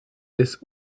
ist